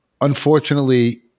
unfortunately